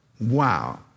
Wow